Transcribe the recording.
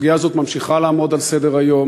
הסוגיה הזאת ממשיכה לעמוד על סדר-היום.